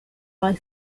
lies